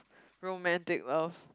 romantic love